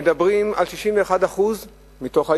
מדברים על 61% מתוך היהודים.